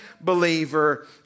believer